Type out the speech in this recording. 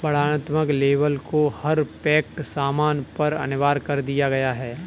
वर्णनात्मक लेबल को हर पैक्ड सामान पर अनिवार्य कर दिया गया है